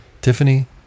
tiffany